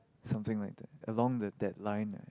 something like that along that line